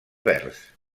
verds